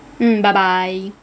mm bye bye